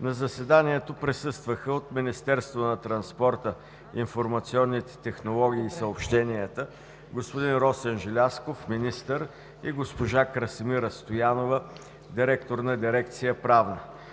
На заседанието присъстваха от Министерство на транспорта, информационните технологии и съобщенията: господин Росен Желязков – министър, и госпожа Красимира Стоянова – директор на дирекция „Правна“.